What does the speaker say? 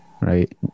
right